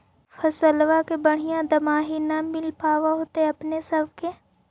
फसलबा के बढ़िया दमाहि न मिल पाबर होतो अपने सब के?